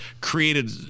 created